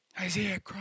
Isaiah